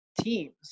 teams